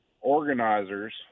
organizers